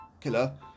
Killer